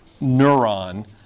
neuron